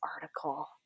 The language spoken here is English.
article